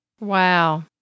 Wow